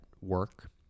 work